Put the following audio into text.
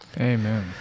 amen